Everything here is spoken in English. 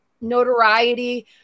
notoriety